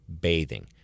bathing